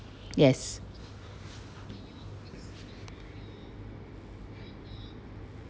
yes